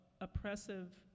oppressive